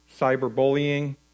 cyberbullying